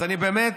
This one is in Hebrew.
באמת,